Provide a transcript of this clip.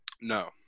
No